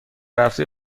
هفته